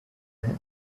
him